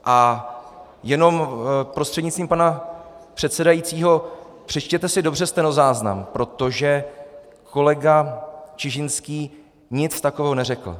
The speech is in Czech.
A jenom prostřednictvím pana předsedajícího, přečtěte si dobře stenozáznam, protože kolega Čižinský nic takového neřekl.